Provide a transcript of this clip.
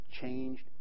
changed